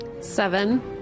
Seven